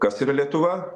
kas yra lietuva